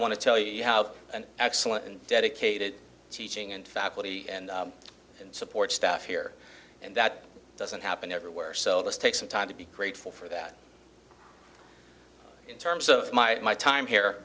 want to tell you you have an excellent and dedicated teaching and faculty and support staff here and that doesn't happen everywhere so this take some time to be grateful for that in terms of my my time